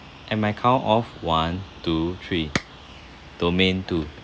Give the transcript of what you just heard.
and my count of one two three domain two